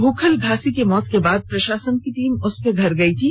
भुखल घासी की मौत के बाद प्रशासन की टीम उसके घर गई थी